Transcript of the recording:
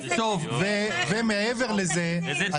ומעבר לזה,